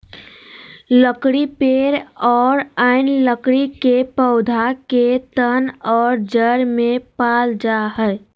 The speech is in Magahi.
लकड़ी पेड़ और अन्य लकड़ी के पौधा के तन और जड़ में पाल जा हइ